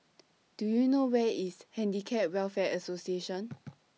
Do YOU know Where IS Handicap Welfare Association